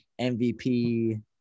MVP